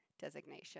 designation